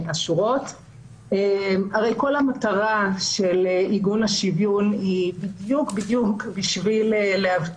הרי כל המטרה של עיגון השוויון היא בדיוק כדי להבטיח